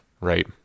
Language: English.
right